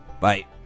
Bye